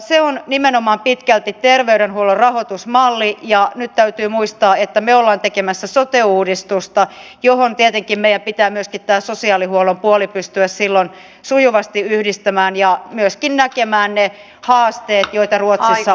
se on nimenomaan pitkälti terveydenhuollon rahoitusmalli ja nyt täytyy muistaa että me olemme tekemässä sote uudistusta johon tietenkin meidän pitää myöskin tämä sosiaalihuollon puoli pystyä silloin sujuvasti yhdistämään ja myöskin näkemään ne haasteet joita ruotsissa on kohdattu